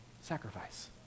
sacrifice